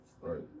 Right